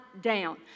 down